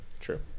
True